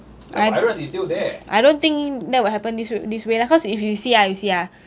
I I don't think that will happen this w~ this way lah because if you see ah you see ah